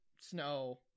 snow